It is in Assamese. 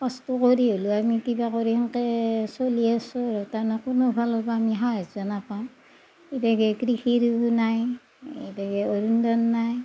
কষ্ট কৰি হ'লেও আমি কিবা কৰি সেনেকে চলি আছোঁ আৰু তাৰমানে কোনো ফালৰ পৰা আমি সাহায্য় নেপাওঁ এতিয়া কৃষিও নাই এতিয়া অনুদান নাই